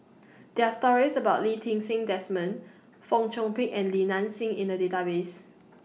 there're stories about Lee Ti Seng Desmond Fong Chong Pik and Li Nanxing in The Database